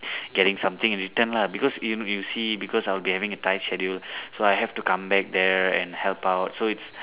getting something in return lah because you you see because I will be having a tight schedule so I have to come back there and help out so it's